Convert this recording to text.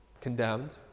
condemned